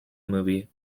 movie